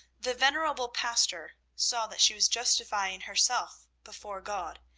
the venerable pastor saw that she was justifying herself before god,